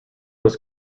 was